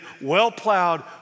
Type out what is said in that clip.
well-plowed